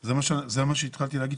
זה מה שהתחלתי להגיד,